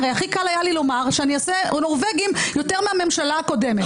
הרי הכי קל היה לי לומר שאני אעשה נורבגים יותר מהממשלה הקודמת,